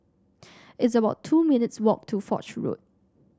it's about two minutes' walk to Foch Road